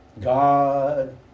God